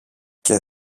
και